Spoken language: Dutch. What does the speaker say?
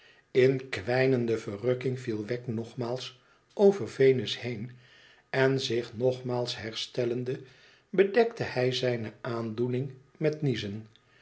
in kwijnende verrukking viel wegg nogmaals over venus heen en zich nogmaals herstellende bedekte hij zijne aandoening met niezen